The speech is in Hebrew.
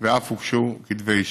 ואף הוגשו כתבי אישום.